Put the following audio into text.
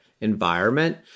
environment